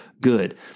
good